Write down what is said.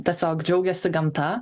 tiesiog džiaugiasi gamta